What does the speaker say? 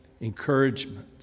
encouragement